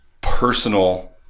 personal